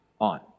on